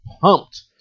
pumped